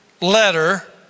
letter